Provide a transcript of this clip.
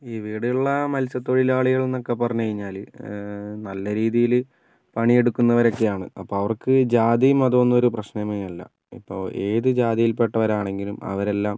ഇവിടെയുള്ള മത്സ്യ തൊഴിലാളികൾ എന്നൊക്കെ പറഞ്ഞ് കഴിഞ്ഞാൽ നല്ല രീതിയിൽ പണിയെടുക്കുന്നവരൊക്കെ ആണ് അപ്പോൾ അവർക്ക് ജാതിയും മതവുമെന്നൊരു പ്രശ്നമേയല്ല ഇപ്പോൾ ഏത് ജാതിയിൽ പെട്ടവരാണെങ്കിലും അവരെല്ലാം